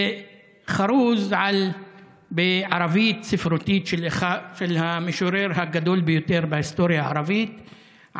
זה חרוז בערבית ספרותית של המשורר הגדול ביותר בהיסטוריה הערבית,